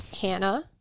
Hannah